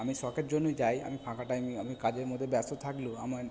আমি শখের জন্যই যাই আমি ফাঁকা টাইমে আমি কাজের মধ্যে ব্যস্ত থাকলেও আমার